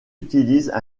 utilisent